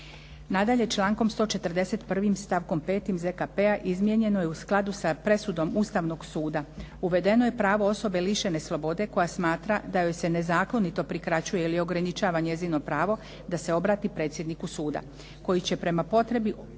Nadalje, člankom 141. stavkom 5. ZKP-a izmijenjeno je u skladu sa presudom Ustavnog suda, uvedeno je pravo lišene slobode koja smatra da joj se nezakonito prikraćuje ili ograničava njezino pravo da se obrati predsjedniku suda koji će prema potrebi